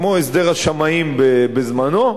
כמו הסדר השמאים בזמנו.